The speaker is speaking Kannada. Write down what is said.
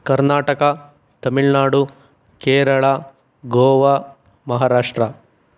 ಕರ್ನಾಟಕ ತಮಿಳ್ನಾಡು ಕೇರಳ ಗೋವಾ ಮಹಾರಾಷ್ಟ್ರ